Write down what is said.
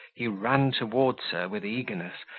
he ran towards her with eagerness,